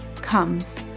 comes